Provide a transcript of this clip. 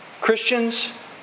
Christians